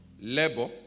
labor